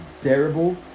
terrible